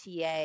TA